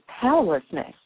powerlessness